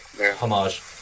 homage